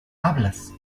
hablas